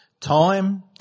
time